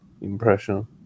impression